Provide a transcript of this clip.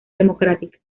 democrática